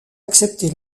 accepter